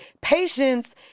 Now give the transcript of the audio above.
Patience